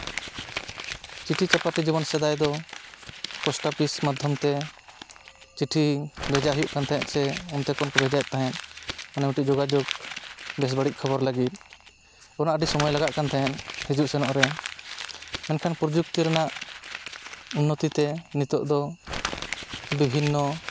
ᱪᱤᱴᱷᱤ ᱪᱟᱯᱟᱴᱷᱤ ᱡᱚᱠᱷᱚᱱ ᱥᱮᱫᱟᱭ ᱫᱚ ᱯᱳᱥᱴᱟᱯᱤᱥ ᱢᱟᱫᱽᱫᱷᱚᱢᱛᱮ ᱪᱤᱴᱷᱤ ᱵᱷᱮᱡᱟ ᱦᱩᱭᱩᱜ ᱠᱟᱱ ᱛᱟᱦᱮᱸᱫ ᱥᱮ ᱚᱱᱛᱮ ᱠᱷᱚᱱ ᱠᱚ ᱵᱷᱮᱡᱟᱭᱮᱫ ᱛᱟᱦᱮᱸᱫ ᱚᱱᱟ ᱢᱤᱫᱴᱤᱱ ᱡᱳᱜᱟᱡᱳᱜᱽ ᱵᱮᱥ ᱵᱟᱹᱲᱤᱡ ᱠᱷᱚᱵᱚᱨ ᱞᱟᱹᱜᱤᱫ ᱚᱱᱟ ᱟᱹᱰᱤ ᱥᱟᱢᱟᱭ ᱞᱟᱜᱟᱜ ᱠᱟᱱ ᱛᱟᱦᱮᱸᱫ ᱦᱤᱡᱩᱜ ᱥᱮᱱᱚᱜ ᱨᱮ ᱢᱮᱱᱠᱷᱟᱱ ᱯᱨᱚᱡᱩᱠᱛᱤ ᱨᱮᱱᱟᱜ ᱩᱱᱱᱚᱛᱤ ᱛᱮ ᱱᱤᱛᱳᱜ ᱫᱚ ᱵᱤᱵᱷᱤᱱᱱᱚ